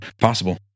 possible